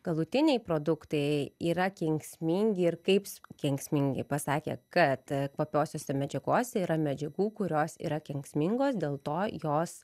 galutiniai produktai yra kenksmingi ir kaip kenksmingi pasakė kad kvapiosiose medžiagose yra medžiagų kurios yra kenksmingos dėl to jos